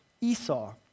Esau